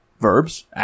verbs